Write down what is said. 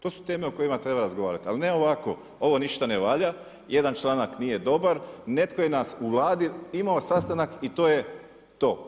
To su teme o kojima treba razgovarati ali ne ovako, ovo ništa ne valja, jedan članak nije dobar, netko je u Vladi imao sastanak i to je to.